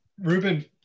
Ruben